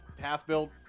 Half-built